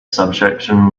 subsection